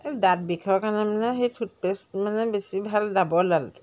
এই দাঁত বিষৰ কাৰণে মানে সেই টুথপেষ্ট মানে বেছি ভাল ডাৱৰলালটো